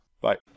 Bye